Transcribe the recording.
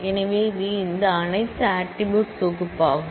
எனவே இது இந்த அனைத்து ஆட்ரிபூட்ஸ் தொகுப்பாகும்